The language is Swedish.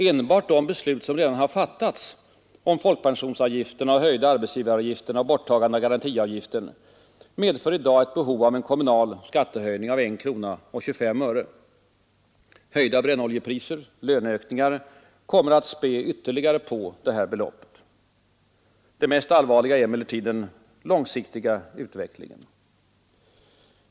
Enbart de beslut som redan har fattats om folkpensionsavgiften, de höjda arbetsgivaravgifterna och borttagande av garantiavgiften medför i dag ett behov av en kommunal skattehöjning av 1 krona 25 öre. Höjda brännoljepriser och löneökningar kommer att späda på detta belopp ytterligare. Det mest allvarliga är emellertid den långsiktiga utvecklingen.